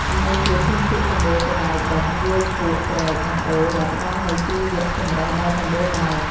វាជាភូមិភាគសំបូរទៅដោយបឹង វាលភក់ ព្រែក និងអូរ ដែលផ្ដល់នូវជីវចម្រុះដ៏សម្បូរបែប។